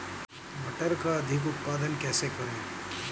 मटर का अधिक उत्पादन कैसे करें?